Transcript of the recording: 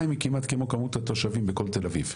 היא כמעט כמו כמות התושבים בכל תל אביב.